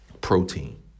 Protein